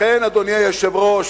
לכן, אדוני היושב-ראש,